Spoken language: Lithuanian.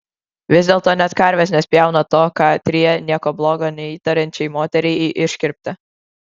vis dėlto net karvės nespjauna to ką atryja nieko bloga neįtariančiai moteriai į iškirptę